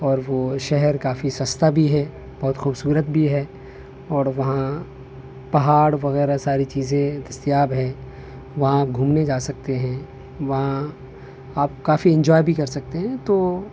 اور وہ شہر کافی سستا بھی ہے بہت خوبصورت بھی ہے اور وہاں پہاڑ وغیرہ ساری چیزیں دستیاب ہیں وہاں گھومنے جا سکتے ہیں وہاں آپ کافی انجوائے بھی کر سکتے ہیں تو